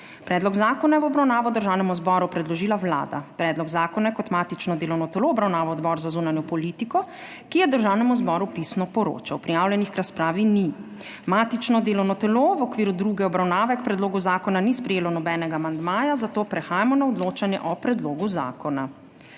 Predlog zakona je v obravnavo Državnemu zboru predložila Vlada. Predlog zakona je kot matično delovno telo obravnaval Odbor za zunanjo politiko, ki je Državnemu zboru pisno poročal. Prijavljenih k razpravi ni. Matično delovno telo v okviru druge obravnave k predlogu zakona ni sprejelo nobenega amandmaja, zato prehajamo na odločanje o predlogu zakona.